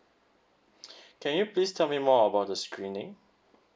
can you please tell me more about the screening